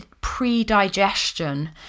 pre-digestion